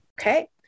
Okay